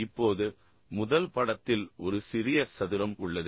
இப்போது முதல் படத்தில் ஒரு சிறிய சதுரம் உள்ளது